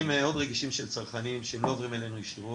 מאוד רגישים של צרכנים שהם לא עוברים אלינו ישירות,